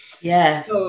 Yes